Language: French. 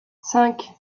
cinq